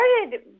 started